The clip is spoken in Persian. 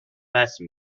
وصل